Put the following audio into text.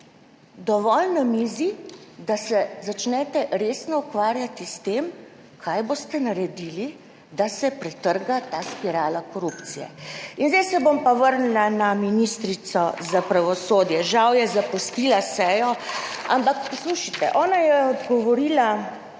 dovolj na mizi, da se začnete resno ukvarjati s tem kaj boste naredili, da se pretrga ta spirala korupcije. In zdaj se bom pa vrnila na ministrico za pravosodje. Žal je zapustila sejo. Ampak poslušajte, ona je odgovorila,